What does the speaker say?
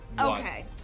Okay